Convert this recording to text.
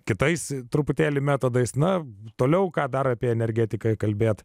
kitais truputėlį metodais na toliau ką dar apie energetiką kalbėti